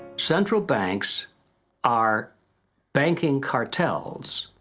central banks are banking cartels,